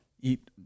Eat